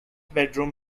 bedroom